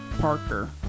Parker